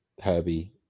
Herbie